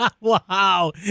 Wow